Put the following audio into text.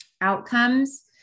outcomes